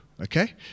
okay